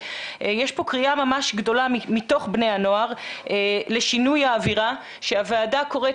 יש פה קריאה ממש גדולה מתוך בני הנוער לשינוי האווירה שהוועדה קוראת